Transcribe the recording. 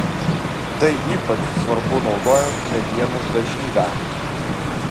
tai ypač svarbu naudojant medienos dažyvę